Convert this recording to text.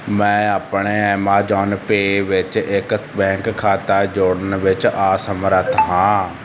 ਮੈਂ ਆਪਣੇ Amazon Pay ਵਿੱਚ ਇੱਕ ਬੈਂਕ ਖਾਤਾ ਜੋੜਨ ਵਿੱਚ ਅਸਮਰੱਥ ਹਾਂ